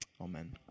Amen